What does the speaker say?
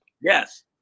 Yes